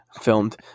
filmed